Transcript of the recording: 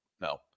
no